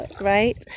right